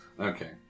Okay